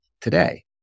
today